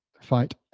fight